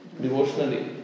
devotionally